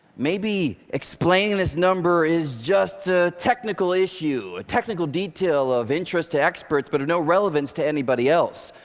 maybe explaining this number is just a technical issue, a technical detail of interest to experts, but of no relevance to anybody else.